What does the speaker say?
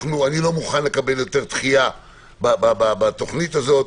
אני לא מוכן לקבל יותר דחייה בתוכנית הזאת.